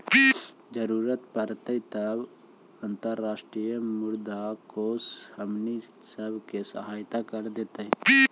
जरूरत पड़तई तब अंतर्राष्ट्रीय मुद्रा कोश हमनी सब के सहायता कर देतई